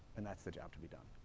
and that's the job to be done.